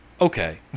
Okay